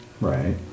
Right